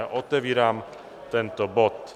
Otevírám tento bod.